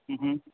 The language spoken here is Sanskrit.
ह्म् ह्म्